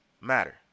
matter